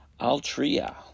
Altria